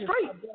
straight